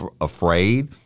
afraid